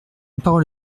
parole